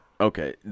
Okay